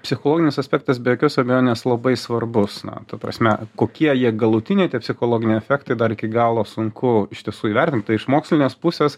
psichologinis aspektas be jokios abejonės labai svarbus na ta prasme kokie jie galutiniai psichologiniai efektai dar iki galo sunku iš tiesų įvertint tai iš mokslinės pusės